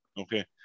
okay